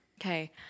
Okay